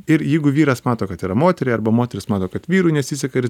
ir jeigu vyras mato kad yra moteriai arba moteris mano kad vyrui nesiseka ir